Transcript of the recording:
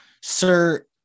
Sir